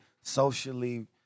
socially